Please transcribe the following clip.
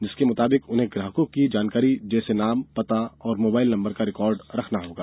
जिसके मुताबिक उन्हें ग्राहकों की जानकारी जैसे नाम पता और मोबाइल नंबर का रिकार्ड रखना होगा